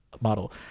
model